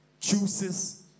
chooses